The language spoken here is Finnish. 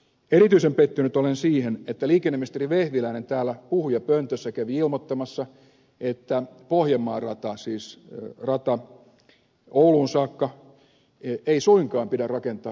erityisen pettynyt olen siihen että liikenneministeri vehviläinen täällä puhujapöntössä kävi ilmoittamassa että pohjanmaan rataa siis rataa ouluun saakka ei suinkaan pidä rakentaa kaksiraiteiseksi